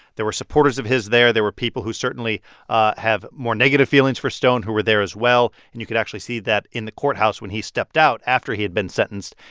there were supporters of his there. there were people who certainly have more negative feelings for stone who were there as well. and you could actually see that in the courthouse when he stepped out after he'd been sentenced,